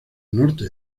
norte